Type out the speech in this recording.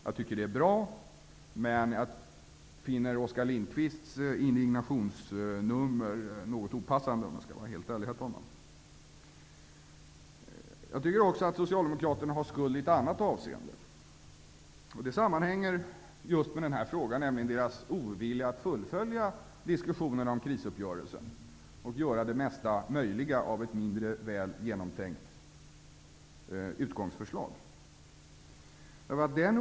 Jag tycker att det är bra, men jag finner Oskar Lindkvists indignationsnummer något opassande, om jag skall vara helt ärlig, herr talman. Jag tycker också att Socialdemokraterna har skuld i ett annat avseende. Det sammanhänger just med den här frågan, nämligen deras ovilja att fullfölja diskussionen om krisuppgörelsen och göra mesta möjliga av ett mindre väl genomtänkt utgångsförslag.